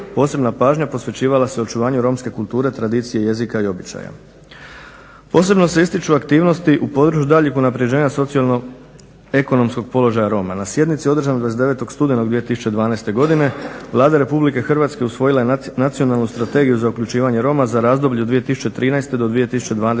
Posebna pažnja posvećivala se očuvanju romske kulture, tradicije, jezika i običaja. Posebno se ističu aktivnosti u području daljnjeg unapređenja socijalno-ekonomskog položaja Roma. Na sjednici održanoj 29. studenog 2012. godine Vlada Republike Hrvatske usvojila je Nacionalnu strategiju za uključivanje Roma za razdoblje od 2013. do 2020. godine